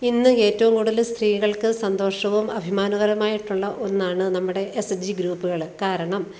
ഇന്ന് ഏറ്റവും കൂടുതൽ സ്ത്രീകൾക്ക് സന്തോഷവും അഭിമാനകരവുമായിട്ടുള്ള ഒന്നാണ് നമ്മടെ എസ് എസ് ജി ഗ്രൂപ്പുകൾ കാരണം